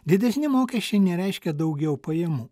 didesni mokesčiai nereiškia daugiau pajamų